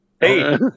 Hey